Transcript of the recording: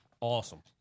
Awesome